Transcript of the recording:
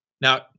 Now